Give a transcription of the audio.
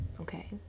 Okay